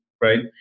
right